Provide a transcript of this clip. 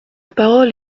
parole